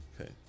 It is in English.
okay